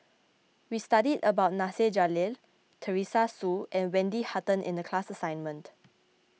we studied about Nasir Jalil Teresa Hsu and Wendy Hutton in the class assignment